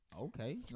Okay